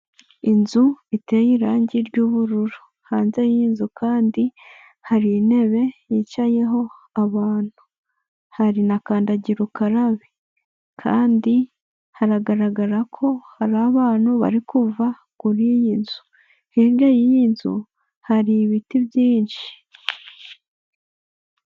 Inzu iteye irangi ry'ubururu hanze y'inzu kandi hari intebe yicayeho abantu, hari na kandagira ukarabe kandi haragaragara ko hari abantu bari kuva kuri iyi nzu hirya y'iyi nzu hari ibiti byinshi.